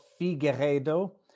Figueiredo